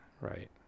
right